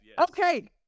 Okay